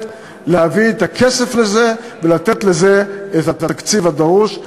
להביא את הכסף לזה ולתת לזה את התקציב הדרוש.